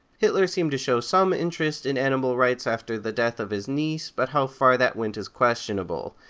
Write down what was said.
hitler seemed to show some interest in animal rights after the death of his niece, but how far that went is questionable.